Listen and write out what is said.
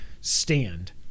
stand